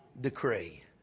decree